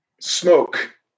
smoke